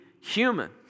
human